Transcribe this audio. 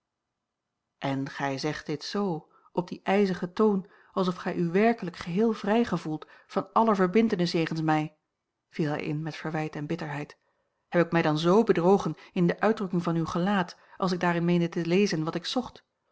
en gij zegt dit z op dien ijzigen toon alsof gij u werkelijk geheel vrij gevoelt van alle verbintenis jegens mij viel hij in met verwijt en bitterheid heb ik mij dan z bedrogen in de uitdrukking van uw gelaat als ik daarin meende te lezen wat ik zocht